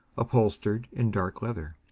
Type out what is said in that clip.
upholstered in dark leather.